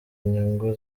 inyungu